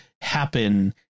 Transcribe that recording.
happen